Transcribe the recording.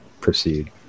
proceed